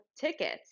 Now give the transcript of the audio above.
tickets